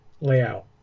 layout